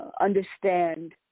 understand